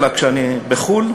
אלא כשאני בחו"ל,